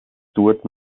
stuart